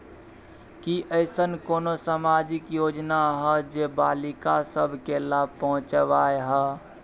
की ऐसन कोनो सामाजिक योजना हय जे बालिका सब के लाभ पहुँचाबय हय?